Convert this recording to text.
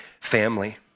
family